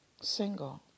single